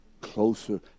closer